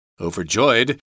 Overjoyed